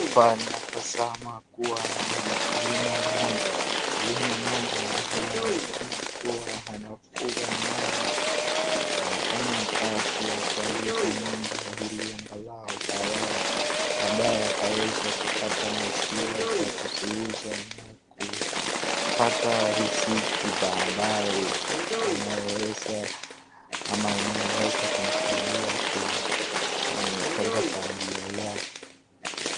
Hapa natazama kuwa ni mkulima moja. Mkulima moja anayeonekana kuwa anafuga ngombe, anafanya kazi ya kuwalisha ngombe ili angalau baadaye akaweze kupata maziwa za kuziuza na kupata riziki baadaye, anayoweza ama inayoweza kumsaidia katika familia yake.